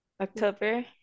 October